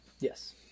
Yes